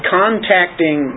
contacting